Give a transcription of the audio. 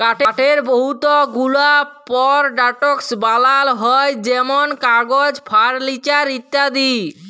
কাঠের বহুত গুলা পরডাক্টস বালাল হ্যয় যেমল কাগজ, ফারলিচার ইত্যাদি